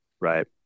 Right